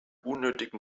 unnötigen